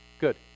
good